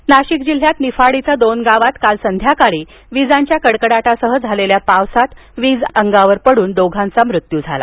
वीज नाशिक जिल्ह्यातील निफाड इथं दोन गावात काल सायंकाळी विजांच्या कडकडाटासह झालेल्या पावसात वीज अंगावर पडून दोघांचा मृत्यू झाला